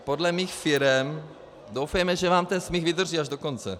Podle mých firem doufejme, že vám ten smích vydrží až do konce.